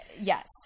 yes